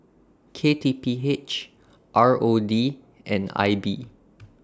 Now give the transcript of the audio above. K T P H R O D and I B